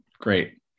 great